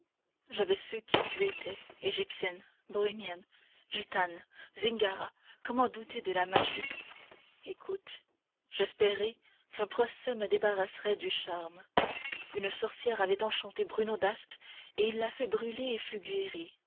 j'avais su qui tu étais égyptienne bohémienne gitane zingara comment douter de la magie écoute j'espérai qu'un procès me débarrasserait du charme une sorcière avait enchanté bruno d'ast il la fit brûler